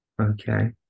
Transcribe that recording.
Okay